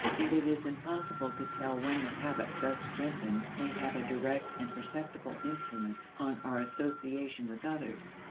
and it is impossible to tell when the habit thus strengthened may have a direct and perceptible influence on our association with others.